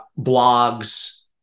Blogs